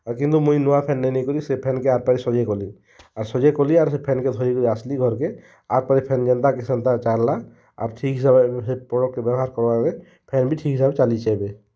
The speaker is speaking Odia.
ଆର୍ କିନ୍ତୁ ମୁଇଁ ନୂଆ ଫ୍ୟାନ୍ ନେଇ ନାଇ କରି ସେ ଫ୍ୟାନ୍କେ ଆପେ ସଜାଇ କଲି ଆର୍ ସଜାଇ କଲି ଆର୍ ସେ ଫ୍ୟାନ୍ କେ ଧରିକି ଆସିଲି ଘର୍ କେ ଫ୍ୟାନ୍ ଯେନ୍ତା କେ ସେନ୍ତା ଚାଲିଲା ଆର୍ ଠିକ୍ ହିସାବରେ ସେ ପ୍ରଡ଼କ୍ଟ ବ୍ୟବହାର କରାଗଲେ ଫ୍ୟାନ୍ ବି ଠିକ୍ ହିସାବରେ ଚାଲିଛି ଏବେ